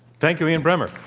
thank you, ian bremmer.